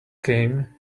came